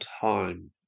time